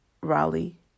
Raleigh